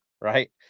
right